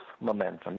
momentum